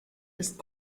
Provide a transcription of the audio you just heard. ist